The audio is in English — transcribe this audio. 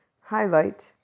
highlight